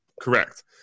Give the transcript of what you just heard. Correct